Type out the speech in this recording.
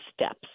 steps